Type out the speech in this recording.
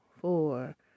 four